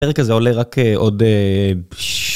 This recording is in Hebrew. הפרק הזה עולה רק עוד...